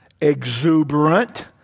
exuberant